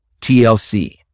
TLC